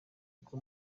uko